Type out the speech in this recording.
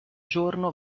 giorno